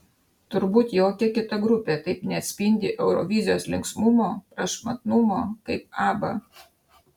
turbūt jokia kita grupė taip neatspindi eurovizijos linksmumo prašmatnumo kaip abba